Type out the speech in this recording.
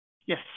Yes